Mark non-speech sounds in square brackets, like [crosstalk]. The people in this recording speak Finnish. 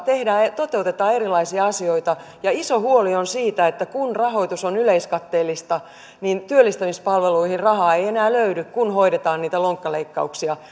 toteutetaan erilaisia asioita iso huoli on siitä että kun rahoitus on yleiskatteellista niin työllistämispalveluihin rahaa ei ei enää löydy kun hoidetaan niitä lonkkaleikkauksia [unintelligible]